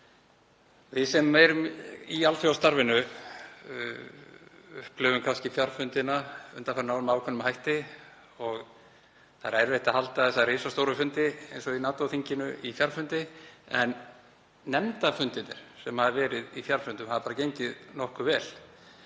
Við sem erum í alþjóðastarfi upplifum kannski fjarfundina undanfarið ár með ákveðnum hætti. Það er erfitt að halda þessa risastóru fundi, eins og í NATO-þinginu, sem fjarfundi en nefndarfundirnir sem hafa verið í fjarfundum hafa bara gengið nokkuð vel.